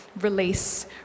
release